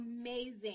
amazing